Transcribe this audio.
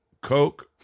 Coke